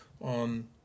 on